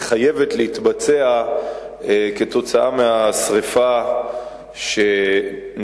שחייבת להתבצע בעקבות השרפה שנגרמה,